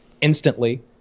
instantly